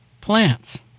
plants